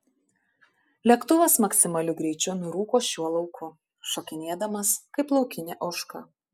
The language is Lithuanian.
lėktuvas maksimaliu greičiu nurūko šiuo lauku šokinėdamas kaip laukinė ožka